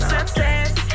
Success